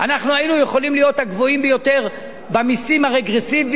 אנחנו היינו יכולים להיות הגבוהים במסים הרגרסיביים,